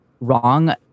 wrong